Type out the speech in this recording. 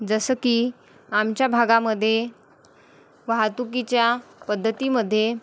जसं की आमच्या भागामध्ये वाहतुकीच्या पद्धतीमध्ये